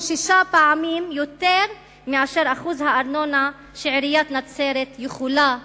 הוא שש פעמים יותר מאחוז הארנונה שעיריית נצרת יכולה לגבות.